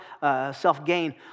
self-gain